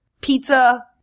pizza